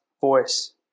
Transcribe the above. voice